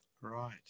Right